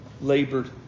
labored